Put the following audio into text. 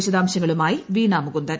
വിശദാംശങ്ങളുമായി വീണ മുകുന്ദൻ